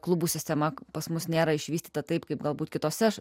klubų sistema pas mus nėra išvystyta taip kaip galbūt kitose